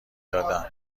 دادم